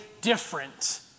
different